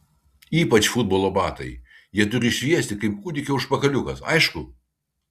ypač futbolo batai jie turi šviesti kaip kūdikio užpakaliukas aišku